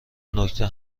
نکته